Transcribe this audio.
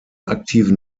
aktiven